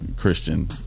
Christian